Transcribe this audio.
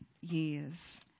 years